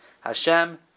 Hashem